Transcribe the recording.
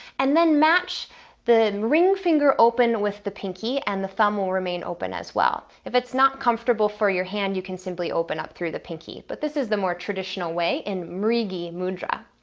and then match the ring finger open with the pinky, and the thumb will remain open as well. if it's not comfortable for your hand, you can simply open up through the pinky, but this is the more traditional way in mrigi mudra.